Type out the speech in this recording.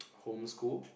home school